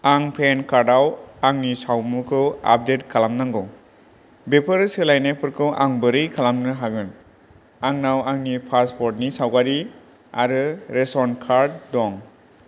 आं PAN card आव आंनि सावमुखौ आपडेट खालामनांगौ बेफोर सोलायनायफोरखौ आं बोरै खालामनो हागोन आंनाव आंनि पासवर्डनि सावगारि आरो रेशन कार्ड दं